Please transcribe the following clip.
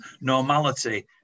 normality